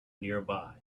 nearby